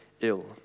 ill